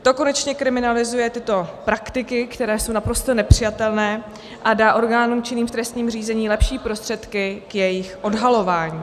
To konečně kriminalizuje tyto praktiky, které jsou naprosto nepřijatelné, a dá orgánům činným v trestním řízení lepší prostředky k jejich odhalování.